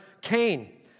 Cain